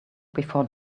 before